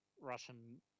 Russian